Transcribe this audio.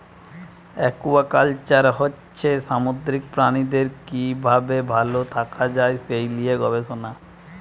aquaculture হচ্ছে সামুদ্রিক প্রাণীদের কি ভাবে ভাল থাকা যায় সে লিয়ে গবেষণা